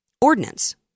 ordinance